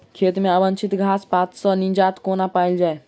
खेत मे अवांछित घास पात सऽ निजात कोना पाइल जाइ?